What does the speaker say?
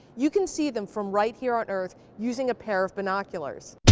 you can see them from right here on earth using a pair of binoculars.